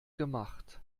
gemacht